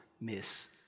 miss